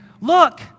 look